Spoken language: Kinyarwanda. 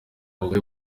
abagore